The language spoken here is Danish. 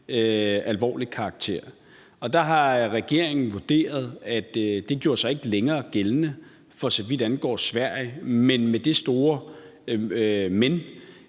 alvorlig karakter. Og der har regeringen vurderet, at det ikke længere gjorde sig gældende, for så vidt angår Sverige – men med det store »men«,